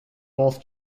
both